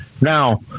now